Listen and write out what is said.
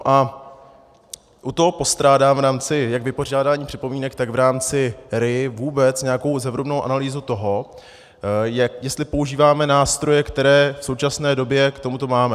U toho postrádám, jak v rámci vypořádání připomínek, tak v rámci RIA vůbec nějakou zevrubnou analýzu toho, jestli používáme nástroje, které v současné době k tomuto máme.